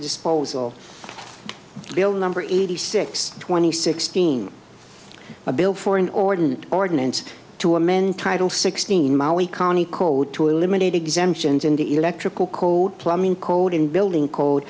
disposal bill number eighty six twenty sixteen a bill for an ordinance ordinance to amend title sixteen maui county code to eliminate exemptions in the electrical code plumbing code in building code